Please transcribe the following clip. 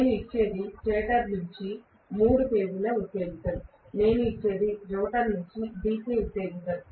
నేను ఇచ్చేది స్టేటర్ నుండి మూడు ఫేజ్ ల ఉత్తేజితం నేను ఇచ్చేది రోటర్ నుండి DC ఉత్తేజితం